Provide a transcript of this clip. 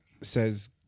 says